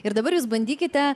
ir dabar jūs bandykite